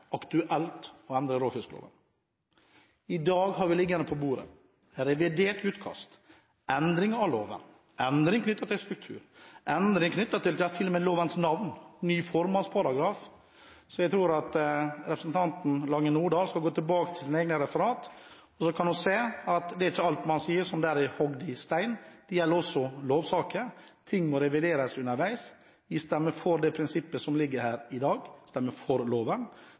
aktuelt å endre råfiskloven. I dag ligger det på bordet revidert utkast, endring av loven, endring av strukturen, til og med endring av lovens navn og ny formålsparagraf. Jeg synes representanten Lange Nordahl skal gå tilbake til sine egne referater og se at det ikke er alt man sier, som er hogd i stein. Det gjelder også lovsaker: Ting må revideres underveis. Vi stemmer for prinsippet som foreligger her i dag. Vi stemmer for loven.